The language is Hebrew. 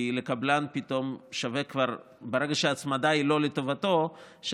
כי ברגע שההצמדה היא לא לטובתו של הקבלן,